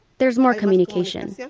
there's more communication. yeah